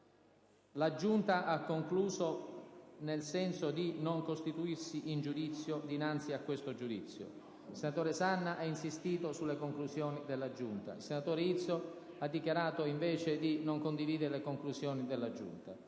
La Giunta ha concluso nel senso di non doversi il Senato costituire in questo giudizio; il senatore Sanna ha insistito sulle conclusioni della Giunta; il senatore Izzo ha dichiarato, invece, di non condividere tali conclusioni. Passiamo